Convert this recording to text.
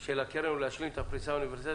של הקרן ולהשלים את הפריסה האוניברסלית